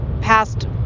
past